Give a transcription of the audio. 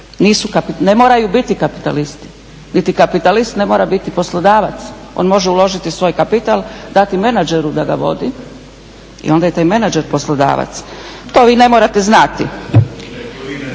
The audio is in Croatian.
ne moraju biti kapitalisti, niti kapitalist ne mora biti poslodavac. On može uložiti svoj kapital, dati menadžeru da ga vodi i onda je taj menadžer poslodavac. To vi ne morate znati.